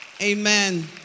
Amen